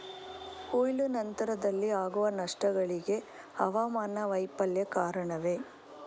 ಕೊಯ್ಲು ನಂತರದಲ್ಲಿ ಆಗುವ ನಷ್ಟಗಳಿಗೆ ಹವಾಮಾನ ವೈಫಲ್ಯ ಕಾರಣವೇ?